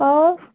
और